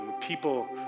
people